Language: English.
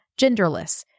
Genderless